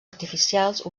artificials